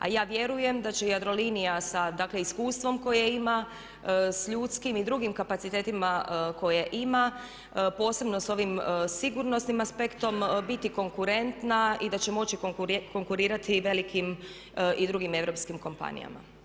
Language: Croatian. A ja vjerujem da će Jadrolinija sa dakle iskustvom koje ima, s ljudskim i drugim kapacitetima koje ima posebno s ovim sigurnosnim aspektom biti konkurentna i da će moći konkurirati velikim i drugim europskim kompanijama.